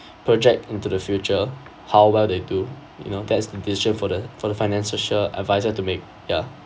project into the future how well they do you know that's the decision for the for the finance social adviser to make ya